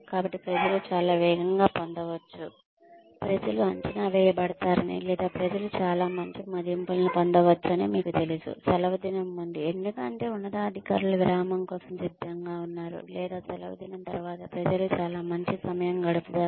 కాబట్టి ప్రజలు చాలా వేగంగా పొందవచ్చు ప్రజలు అంచనా వేయబడతారని లేదా ప్రజలు చాలా మంచి మదింపులను పొందవచ్చని మీకు తెలుసు సెలవుదినం ముందు ఎందుకంటే ఉన్నతాధికారులు విరామం కోసం సిద్ధంగా ఉన్నారు లేదా సెలవుదినం తరువాత ప్రజలు చాలా మంచి సమయం గడిపారు